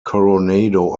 coronado